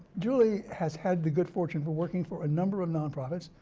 julie has had the good fortune for working for a number of non-profits,